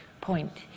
point